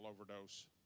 overdose